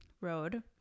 road